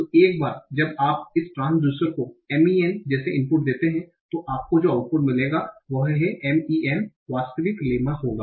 तो एक बार जब आप इस ट्रांसड्यूसर को m e n जैसे इनपुट देते हैं तो आपको जो आउटपुट मिलेगा वह है m e n वास्तविक लेम्मा होगा